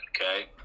okay